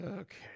Okay